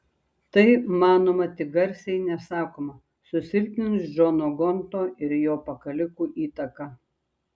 tai manoma tik garsiai nesakoma susilpnins džono gonto ir jo pakalikų įtaką